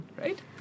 Right